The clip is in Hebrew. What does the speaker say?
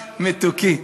מתוקי.